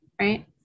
Right